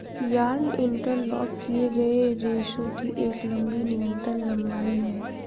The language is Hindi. यार्न इंटरलॉक किए गए रेशों की एक लंबी निरंतर लंबाई है